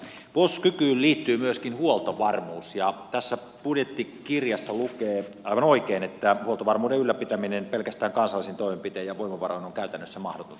puolustuskykyyn liittyy myöskin huoltovarmuus ja tässä budjettikirjassa lukee aivan oikein että huoltovarmuuden ylläpitäminen pelkästään kansallisin toimenpitein ja voimavaroin on käytännössä mahdotonta